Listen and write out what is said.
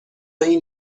این